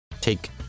take